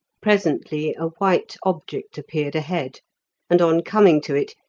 presently a white object appeared ahead and on coming to it,